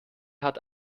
hat